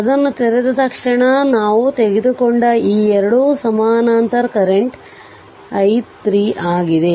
ಅದನ್ನು ತೆರೆದ ತಕ್ಷಣ ನಾವು ತೆಗೆದುಕೊಂಡ ಈ 2 ಸಮಾನಾಂತರ ಮತ್ತು ಕರೆಂಟ್ i3 ಆಗಿದೆ